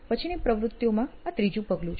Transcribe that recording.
પછીની પ્રવૃતિઓમાં આ ત્રીજું પગલું છે